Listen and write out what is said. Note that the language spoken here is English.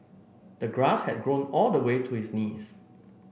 the grass had grown all the way to his knees